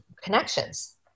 connections